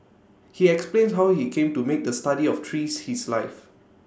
he explained how he came to make the study of trees his life